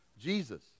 Jesus